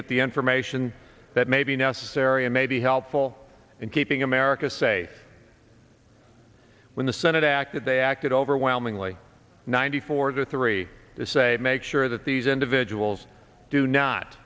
get the information that may be necessary and may be helpful in keeping america safe when the senate acted they acted overwhelmingly ninety four to three to say make sure that these individuals do not